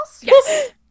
Yes